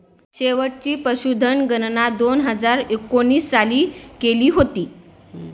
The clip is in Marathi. शेवटची पशुधन गणना दोन हजार एकोणीस साली केली होती